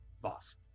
Boss